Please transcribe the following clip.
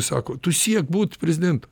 sako tu siek būt prezidentu